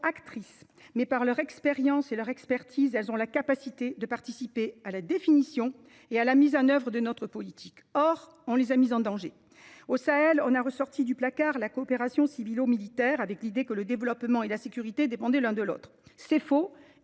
mais, par leur expérience et leur expertise, elles ont la capacité de participer à la définition et à la mise en œuvre de notre politique. Pourtant, on les a mises en danger ! Au Sahel, on a ressorti du placard la coopération civilomilitaire, avec l’idée que le développement et la sécurité dépendaient l’un de l’autre. C’est faux